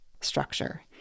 structure